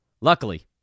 Luckily